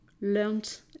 learned